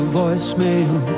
voicemail